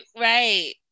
Right